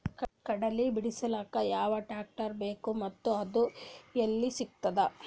ಕಡಲಿ ಬಿಡಿಸಲಕ ಯಾವ ಟ್ರಾಕ್ಟರ್ ಬೇಕ ಮತ್ತ ಅದು ಯಲ್ಲಿ ಸಿಗತದ?